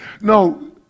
No